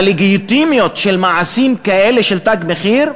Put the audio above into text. הלגיטימיות של מעשים כאלה, של "תג מחיר",